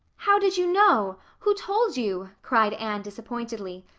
how did you know? who told you? cried anne disappointedly,